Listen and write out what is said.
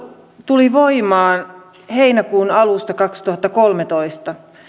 tuli voimaan heinäkuun alusta kaksituhattakolmetoista